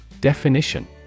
Definition